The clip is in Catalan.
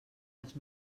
les